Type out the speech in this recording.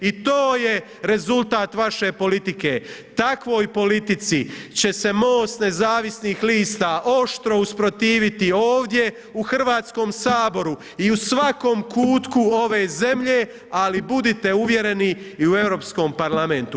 I to je rezultat vaše politike, takvoj politici će se MOST Nezavisnih lista oštro usprotiviti ovdje u Hrvatskom saboru i u svakom kutku ove zemlje, ali budite uvjereni i u Europskom parlamentu.